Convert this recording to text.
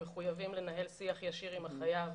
הם מחויבים לנהל שיח ישיר עם החייב